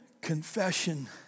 confession